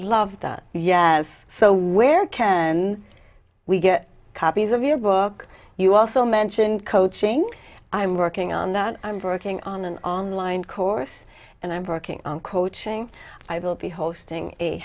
love that yeah so where can we get copies of your book you also mention coaching i'm working on that i'm breaking on an online course and i'm working on coaching i will be hosting a